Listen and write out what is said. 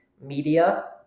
media